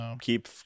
keep